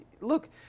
look